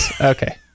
okay